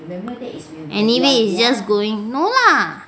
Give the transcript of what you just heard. anyway is just going no lah